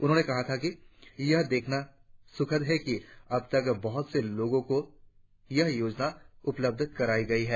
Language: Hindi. उन्होंने कहा था कि यह देखना सुखद है कि अब तक बहुत से लोगों को यह योजना उपलब्ध कराई गई है